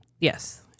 Yes